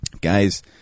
guys